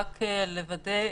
רק לוודא,